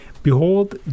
Behold